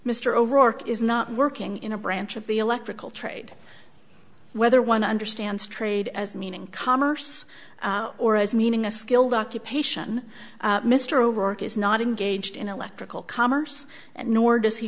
mr o'rourke is not working in a branch of the electrical trade whether one understands trade as meaning commerce or as meaning a skilled occupation mr o'rourke is not engaged in electrical commerce and nor does he